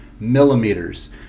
millimeters